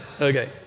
okay